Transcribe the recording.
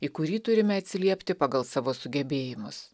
į kurį turime atsiliepti pagal savo sugebėjimus